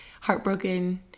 heartbroken